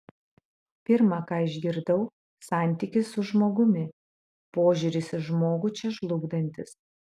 pirma ką išgirdau santykis su žmogumi požiūris į žmogų čia žlugdantis